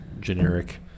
generic